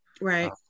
right